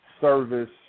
service